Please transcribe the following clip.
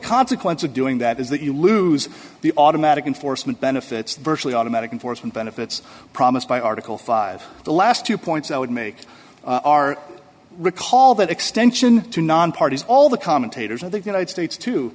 consequence of doing that is that you lose the automatic enforcement benefits virtually automatic enforcement benefits promised by article five the last two points i would make are recall that extension to non parties all the commentators of the united states to